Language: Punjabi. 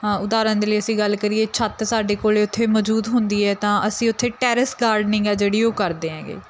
ਉਦਾਹਰਣ ਦੇ ਲਈ ਅਸੀਂ ਗੱਲ ਕਰੀਏ ਛੱਤ ਸਾਡੇ ਕੋਲ ਉੱਥੇ ਮੌਜੂਦ ਹੁੰਦੀ ਹੈ ਤਾਂ ਅਸੀਂ ਉੱਥੇ ਟੈਰਿਸ ਗਾਰਡਨਿੰਗ ਆ ਜਿਹੜੀ ਉਹ ਕਰਦੇ ਹੈਗੇ